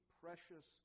precious